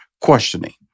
questioning